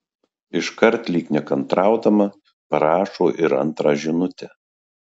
iškart lyg nekantraudama parašo ir antrą žinutę